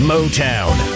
Motown